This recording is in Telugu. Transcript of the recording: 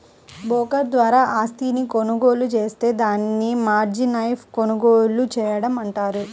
బోకర్ ద్వారా ఆస్తిని కొనుగోలు జేత్తే దాన్ని మార్జిన్పై కొనుగోలు చేయడం అంటారు